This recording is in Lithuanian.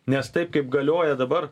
nes taip kaip galioja dabar